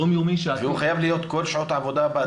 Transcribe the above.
והוא חייב להיות כל שעות העבודה באתר?